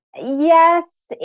Yes